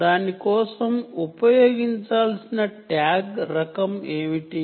మరియు దానికోసం ఉపయోగించాల్సిన ట్యాగ్ రకం ఏమిటి